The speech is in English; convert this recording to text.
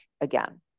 again